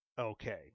okay